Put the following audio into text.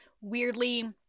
weirdly